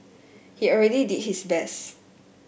he already did his best